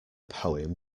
poem